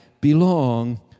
belong